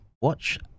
watch